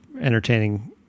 entertaining